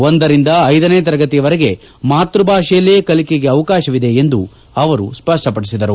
ಒಂದರಿಂದ ಐದನೇ ತರಗತಿಯವರೆಗೆ ಮಾತ್ಸಭಾಷೆಯಲ್ಲೇ ಕಲಿಕೆಗೆ ಅವಕಾಶವಿದೆ ಎಂದು ಅವರು ಸ್ಪಷ್ಪಪಡಿಸಿದರು